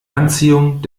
anziehung